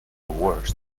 worst